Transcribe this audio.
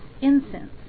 incense